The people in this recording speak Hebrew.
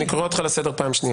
אני קורא אותך לסדר פעם שנייה.